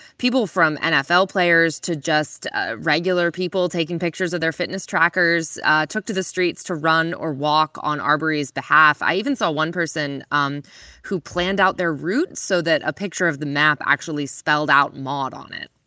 people from nfl players to just ah regular people taking pictures of their fitness trackers took to the streets to run or walk on arbery's behalf. i even saw one person um who planned out their route so that a picture of the map actually spelled out maud on it